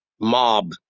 mob